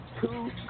two